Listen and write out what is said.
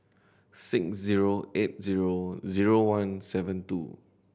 six zero eight zero zero one seven two